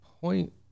point